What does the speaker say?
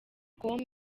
com